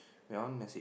wait I want message